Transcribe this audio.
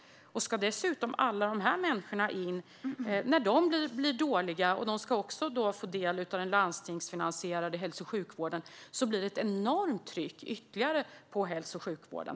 Ska dessutom alla de här människorna få del av den landstingsfinansierade hälso och sjukvården när de blir dåliga blir det ett enormt ytterligare tryck på hälso och sjukvården.